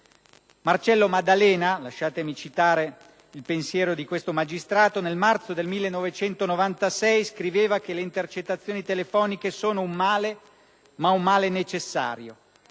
Marcello Maddalena - lasciatemi citare il pensiero di un noto magistrato - nel marzo del 1996 scriveva che le intercettazioni telefoniche «sono un male, ma un male necessario».